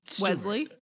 Wesley